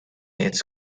its